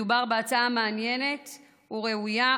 מדובר בהצעה מעניינת וראויה,